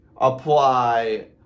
apply